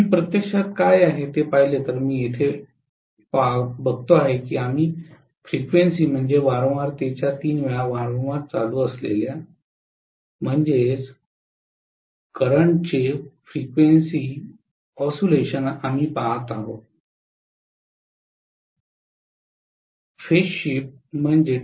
मी प्रत्यक्षात काय आहे ते पाहिले तर मी ते येथे पाहूया आम्ही वारंवारतेच्या तीन वेळा वारंवार चालू असलेल्या ऑसीलेशन पहात आहोत हे पहा